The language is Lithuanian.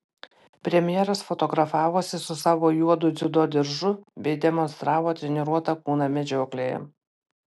premjeras fotografavosi su savo juodu dziudo diržu bei demonstravo treniruotą kūną medžioklėje